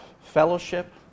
fellowship